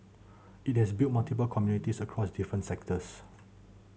it has built multiple communities across different sectors